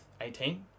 18